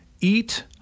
eat